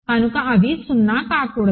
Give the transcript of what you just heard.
కనుక అవి 0 కాకూడదు